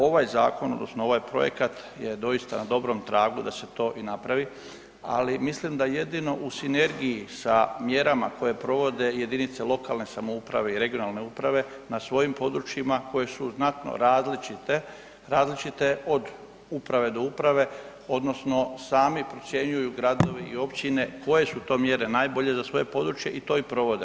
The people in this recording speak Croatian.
Ovaj zakon odnosno ovaj projekat je doista na dobrom tragu da se to i napravi, ali mislim da jedino u sinergiji sa mjerama koje provode jedinice lokalne samouprave i regionalne uprave na svojim područjima koje su znatno različite, različite od uprave do uprave odnosno sami procjenjuju gradovi i općine koje su to mjere najbolje za svoje područje i to i provode.